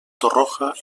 torroja